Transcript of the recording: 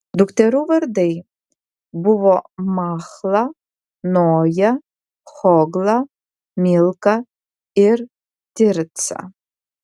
dukterų vardai buvo machla noja hogla milka ir tirca